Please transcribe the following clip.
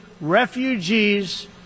refugees